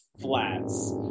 flats